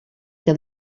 que